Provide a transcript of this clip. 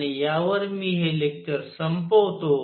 आणि यावर मी हे लेक्चर संपवतो